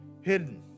hidden